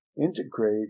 integrate